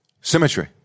Symmetry